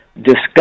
discuss